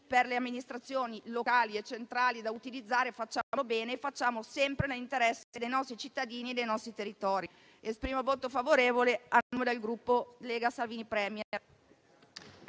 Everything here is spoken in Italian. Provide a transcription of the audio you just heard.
per le amministrazioni locali e centrali da utilizzare: facciamolo bene, facciamo sempre l'interesse dei nostri cittadini e dei nostri territori. Esprimo quindi il voto favorevole a nome del Gruppo Lega Salvini Premier-Partito